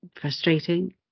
frustrating